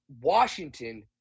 Washington